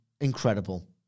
incredible